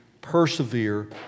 persevere